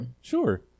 Sure